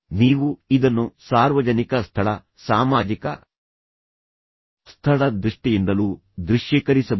ನೀವು ಇದನ್ನು ಸಾರ್ವಜನಿಕ ಸ್ಥಳ ಸಾಮಾಜಿಕ ಸ್ಥಳದ ದೃಷ್ಟಿಯಿಂದಲೂ ದೃಶ್ಯೀಕರಿಸಬಹುದು